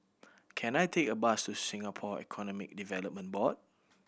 can I take a bus to Singapore Economic Development Board